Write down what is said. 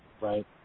right